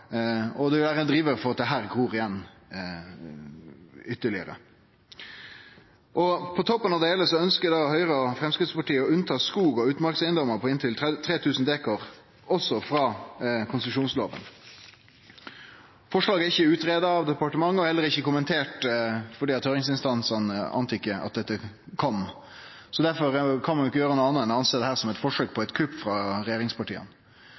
og det vil vere ein drivar for at det gror ytterlegare igjen. På toppen av det heile ønskjer Høgre og Framstegspartiet å unnta skog- og utmarkseigedomar på inntil 30 000 dekar frå konsesjonslova. Forslaget er ikkje utgreidd, og departementet har heller ikkje kommentert det, for høyringsinstansane ante ikkje at dette kom. Difor kan ein ikkje gjere anna enn å sjå på dette som eit forsøk på eit kupp frå regjeringspartia.